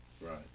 right